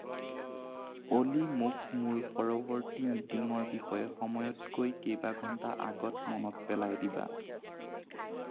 অ'লি মোক মোৰ পৰৱৰ্তী মিটিঙৰ বিষয়ে সময়তকৈ কেইবাঘণ্টা আগত মনত পেলাই দিবা